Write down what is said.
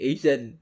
Asian